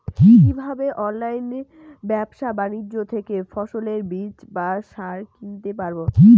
কীভাবে অনলাইন ব্যাবসা বাণিজ্য থেকে ফসলের বীজ বা সার কিনতে পারবো?